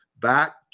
back